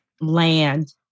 land